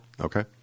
okay